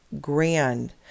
grand